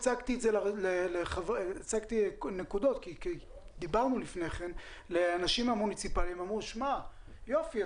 כשהצגתי אתמול נקודות מתוך זה לאנשים מהשלטון המקומי הם אמרו: יופי,